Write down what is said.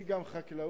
היא גם חקלאות